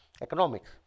economics